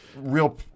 real